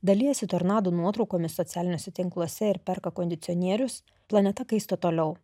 dalijasi tornado nuotraukomis socialiniuose tinkluose ir perka kondicionierius planeta kaista toliau